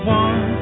one